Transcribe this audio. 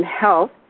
health